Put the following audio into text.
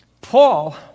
Paul